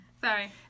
Sorry